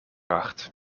acht